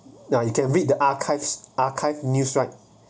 ya you can read the archives archived news right